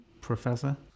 Professor